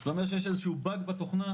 זה אומר שיש איזשהו בג בתוכנה,